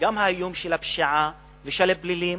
גם האיום של הפשיעה ושל הפלילים,